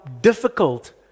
difficult